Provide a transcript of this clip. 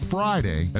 Friday